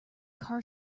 car